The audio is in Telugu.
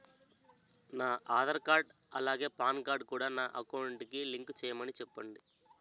నా ఆధార్ కార్డ్ అలాగే పాన్ కార్డ్ కూడా నా అకౌంట్ కి లింక్ చేయమని చెప్పండి